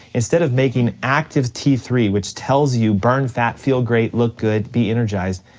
instead of making active t three, which tells you burn fat, feel great, look good, be energized,